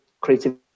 creative